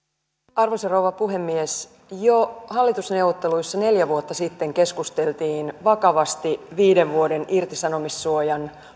arvoisa rouva puhemies jo hallitusneuvotteluissa neljä vuotta sitten keskusteltiin vakavasti viiden vuoden irtisanomissuojan